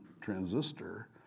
transistor